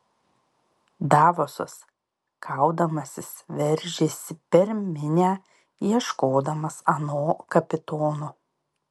davosas kaudamasis veržėsi per minią ieškodamas ano kapitono